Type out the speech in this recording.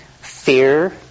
Fear